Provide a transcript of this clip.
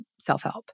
self-help